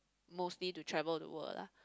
mostly to travel the world lah